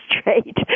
straight